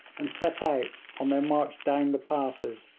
and set out on their march down the passes.